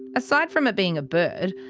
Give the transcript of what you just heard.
aside from it being a bird.